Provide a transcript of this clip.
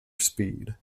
speed